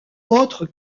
autre